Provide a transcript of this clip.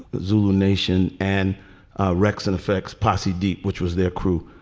zulu nation and wrex and effect's posse deep, which was their crew,